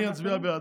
אני אצביע בעד.